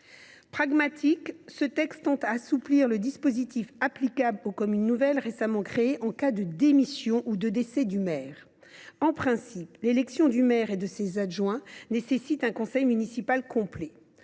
Pragmatique, ce texte tend à assouplir le dispositif applicable aux communes nouvelles récemment créées en cas de démission ou de décès du maire. En principe, l’élection du maire et de ses adjoints nécessite un conseil municipal complet.